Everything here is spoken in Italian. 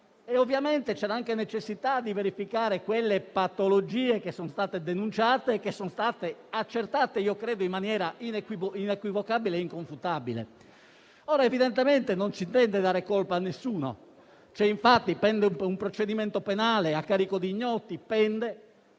Ovviamente c'era anche necessità di verificare quelle patologie che sono state denunciate e che sono state accertate - credo - in maniera inequivocabile e inconfutabile. È evidente che non si tende a dare colpa ad alcuno: pende un procedimento penale a carico di ignoti, che